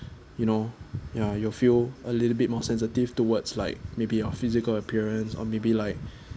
you know ya you feel a little bit more sensitive towards like maybe your physical appearance or maybe like